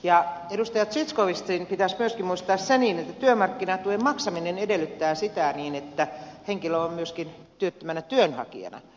edustaja zyskowiczin pitäisi myöskin muistaa se että työmarkkinatuen maksaminen edellyttää sitä että henkilö on myöskin työttömänä työnhakijana